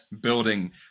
building